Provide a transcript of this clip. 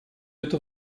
это